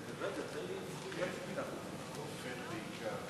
ההצעה להעביר את הצעת חוק החוזים האחידים (תיקון מס'